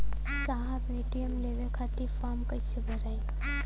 साहब ए.टी.एम लेवे खतीं फॉर्म कइसे भराई?